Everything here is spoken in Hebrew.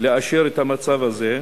לאשר את המצב הזה,